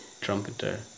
trumpeter